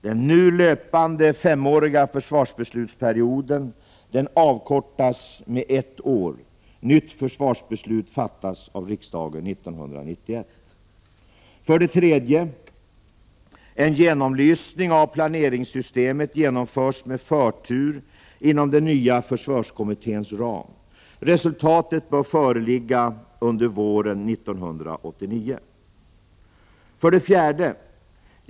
Den nu löpande femåriga försvarsbeslutsperioden avkortas med ett år. Nytt försvarsbeslut fattas av riksdagen 1991. För det tredje. En genomlysning av planeringssystemet genomförs med förtur inom den nya försvarskommitténs ram. Resultatet bör föreligga under våren 1989. För det fjärde.